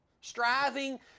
striving